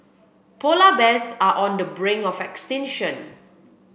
polar bears are on the brink of extinction